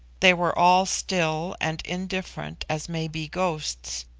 they were all still and indifferent as may be ghosts,